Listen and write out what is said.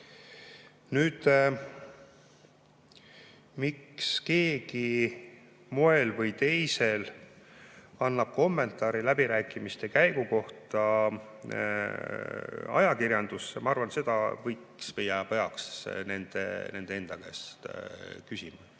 Nüüd, miks keegi moel või teisel annab kommentaari läbirääkimiste käigu kohta ajakirjandusse, ma arvan, et seda võiks ja peaks nende enda käest küsima.